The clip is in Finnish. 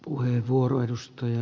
puheenvuoro edusta ja